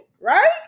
Right